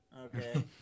Okay